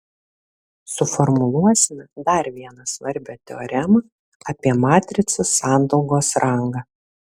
suformuluosime dar vieną svarbią teoremą apie matricų sandaugos rangą